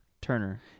Turner